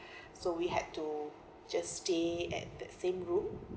so we had to just stay at that same room